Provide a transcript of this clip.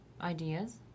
ideas